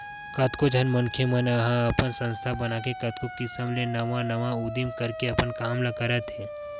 कतको झन मनखे मन ह अपन संस्था बनाके कतको किसम ले नवा नवा उदीम करके अपन काम ल करत हे